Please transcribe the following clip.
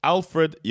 Alfred